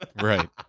Right